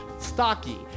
stocky